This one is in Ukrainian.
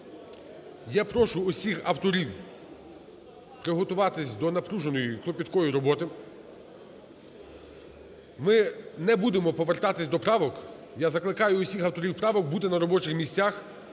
Я прошу усіх авторів приготуватись до напруженої, кропіткої роботи. Ми не будемо повертатись до правок, я закликаю усіх авторів правок бути на робочих місцях